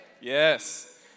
Yes